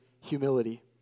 humility